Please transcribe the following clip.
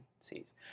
sees